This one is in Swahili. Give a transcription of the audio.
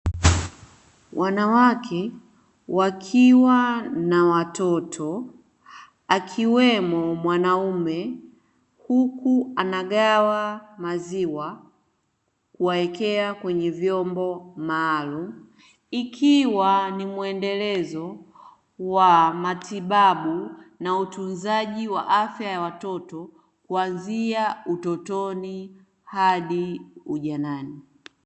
Wanawake wakiwa na watoto akiwemo mwanaume, huku anagawa maziwa kuwawekea kwenye vyombo maalumu, ikiwa ni muendelezo wa matibabu na utunzaji wa afya ya watoto kuanzia utotoni hadi ujanani.